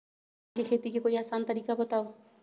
धान के खेती के कोई आसान तरिका बताउ?